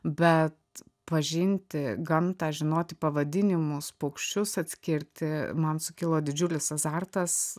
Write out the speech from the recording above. bet pažinti gamtą žinoti pavadinimus paukščius atskirti man sukilo didžiulis azartas